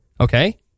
okay